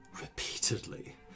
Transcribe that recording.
Repeatedly